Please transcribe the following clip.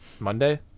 Monday